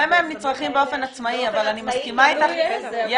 אני מסכימה איתך,